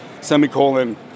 semicolon